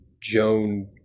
Joan